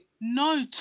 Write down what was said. No